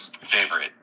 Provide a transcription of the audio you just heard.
Favorite